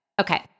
Okay